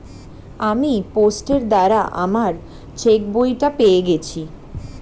আমি পোস্টের দ্বারা আমার চেকবইটা পেয়ে গেছি